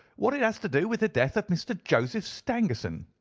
what it has to do with the death of mr. joseph stangerson.